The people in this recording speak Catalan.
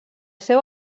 seu